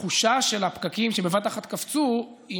התחושה שהפקקים בבת אחת קפצו היא